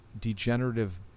degenerative